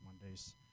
Mondays